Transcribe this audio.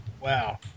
wow